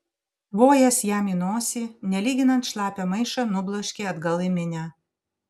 tvojęs jam į nosį nelyginant šlapią maišą nubloškė atgal į minią